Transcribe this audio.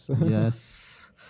yes